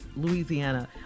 Louisiana